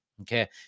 Okay